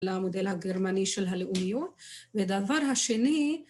למודל הגרמני של הלאומיות, ודבר השני